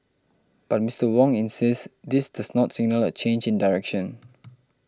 but Mister Wong insists this does not signal a change in direction